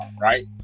right